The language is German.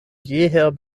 jeher